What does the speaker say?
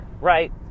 right